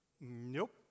Nope